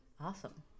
Awesome